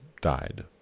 died